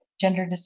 gender